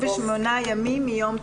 נמנעים.